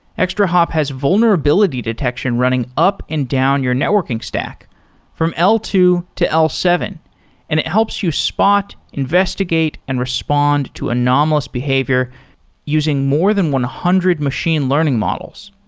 extrahop has vulnerability detection running up and down your networking stock from l two to l seven and it helps you spot, investigate and respond to anomalous behavior using more than one hundred machine learning models.